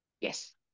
Yes